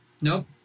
Nope